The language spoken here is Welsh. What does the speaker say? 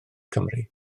cymru